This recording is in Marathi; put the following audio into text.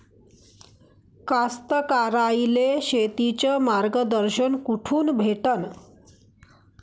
कास्तकाराइले शेतीचं मार्गदर्शन कुठून भेटन?